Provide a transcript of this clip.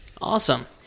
Awesome